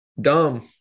Dumb